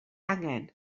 angen